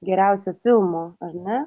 geriausio filmo ar ne